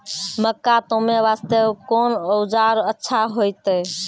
मक्का तामे वास्ते कोंन औजार अच्छा होइतै?